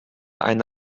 eine